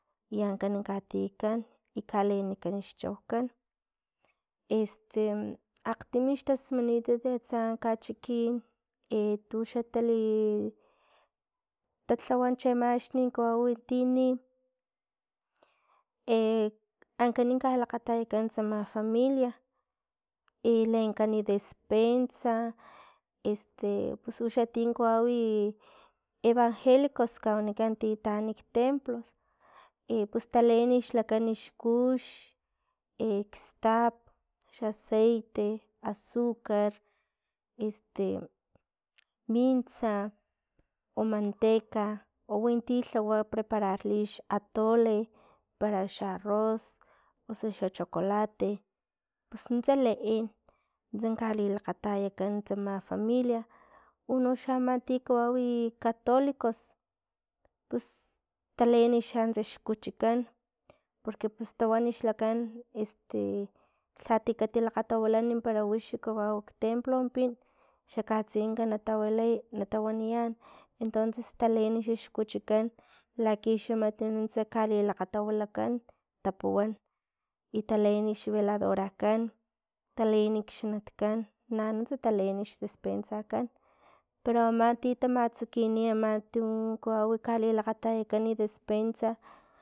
I ankan katiakan i kalenkan xchaukan, este akgtim xtasmanitat atsa kachikin tuxa talhawa chiama axni kawawi tini, ankan kalakgatayakan tsama familia, i lenkan despensa, este pus uxan tin kawawi evengelicos kawakikan ti taanik templo, ipus taleen xlakan xkux e kstap xaceite, azucar, este minsa, o manteca, o winti lhawa prepararli xatole, para xa arroz, osu xa chocolate, pus nuntsa leen nuntsa kalilakgatayakan tsama familia, unoxa ama tin kawawi catolicos, pus taleen xa xkuchukan porque pus tawan xlakan este lhakati lakgatawilan para wixi kawau ktemplo pin, xa katseyenka na tawilay natawaniyan entonces taleen xa xchuchukan laki mat nuntsa kalilakgatawilakan tapuwan i taleen xvelarorakan taleen kxanatkan nanuntsa taleen xdespensakan pero amanti tamatsukini aman tu kawau lilakgatayakan despensa.